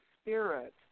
spirit